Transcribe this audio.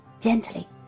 gently